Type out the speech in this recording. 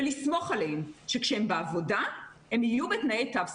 אני יכולה לסמוך עליהם שהם יבינו שגם אם הם הולכים לעבודה הם עושים את